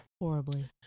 Horribly